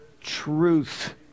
truth